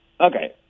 Okay